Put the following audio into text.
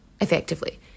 effectively